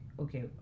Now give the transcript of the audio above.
okay